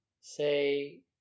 Say